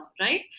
right